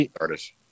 artist